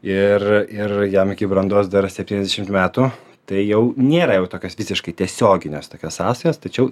ir ir jam iki brandos dar septyniasdešimt metų tai jau nėra jau tokios visiškai tiesioginės tokios sąsajos tačiau